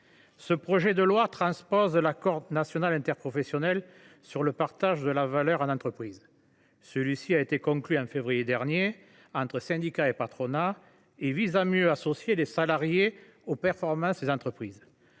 projet de loi transpose l’accord national interprofessionnel relatif au partage de la valeur au sein de l’entreprise. Celui ci a été conclu au mois de février dernier entre syndicats et patronat et vise à mieux associer les salariés aux performances des entreprises.